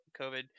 COVID